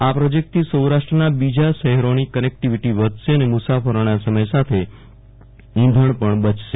આ પ્રોજેકટથી સૌરાષ્ટ્રના બીજા શહેરોની કનેક્ટીવીટી વધશે અને મુસાફરોના સમય સાથે ઈંધણ પણ બચશે